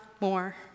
more